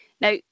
Now